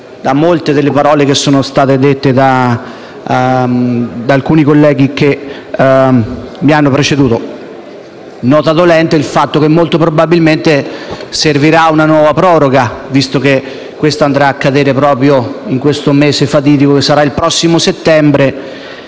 da molte delle parole che sono state dette da alcuni colleghi che mi hanno preceduto. Nota dolente, il fatto che molto probabilmente servirà una nuova proroga, visto che la scadenza è prevista proprio in un mese fatidico, che sarà il prossimo settembre.